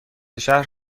شهر